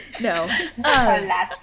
No